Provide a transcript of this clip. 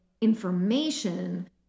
information